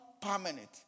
permanent